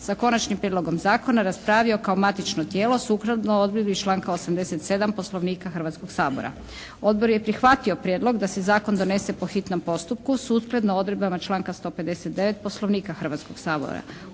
sa Konačnim prijedlogom zakona raspravio kao matično tijelo sukladno odredbi članka 87. Poslovnika Hrvatskog sabora. Odbor je prihvatio prijedlog da se zakon donese po hitnom postupku sukladno odredbama članka 159. Poslovnika Hrvatskog sabora.